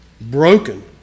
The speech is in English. Broken